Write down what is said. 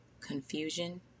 Confusion